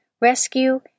rescue